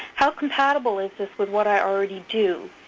how compatible is this with what i already do?